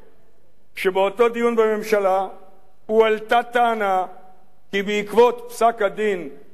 שבאותו דיון בממשלה הועלתה הטענה כי בעקבות פסק-הדין בעניין